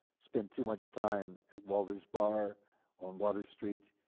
spent too much time at walter's bar on water street,